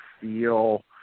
feel